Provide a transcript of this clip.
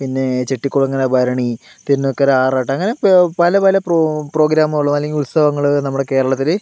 പിന്നെ ചെട്ടിക്കുളങ്ങര ഭരണി പിന്നെ അങ്ങനെ പല പല പ്രോഗ്രാമുകൾ അല്ലെങ്കിൽ ഉത്സവങ്ങൽ നമ്മുടെ കേരളത്തിൽ